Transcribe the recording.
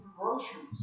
groceries